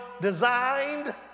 designed